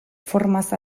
formaz